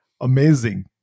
amazing